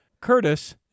Curtis